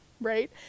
right